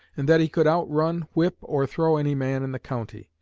and that he could out-run, whip, or throw any man in the county.